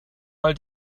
mal